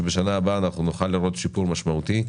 שבשנה הבאה אנחנו נוכל לראות שיפור משמעותי.